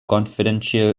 confidential